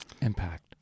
impact